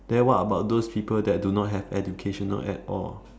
then what about those people that do not have education at all